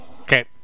Okay